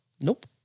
Nope